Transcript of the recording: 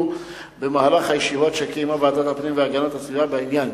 במהלך הישיבות שקיימה ועדת הפנים והגנת הסביבה בעניין,